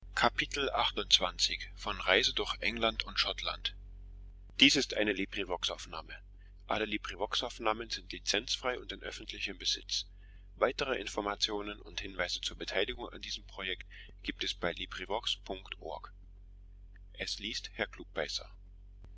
so gibt es